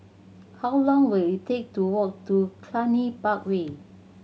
how long will it take to walk to Cluny Park Way